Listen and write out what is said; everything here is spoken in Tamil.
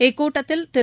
இக்கூட்டத்தில் திரு